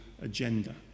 agenda